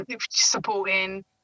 supporting